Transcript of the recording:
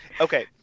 okay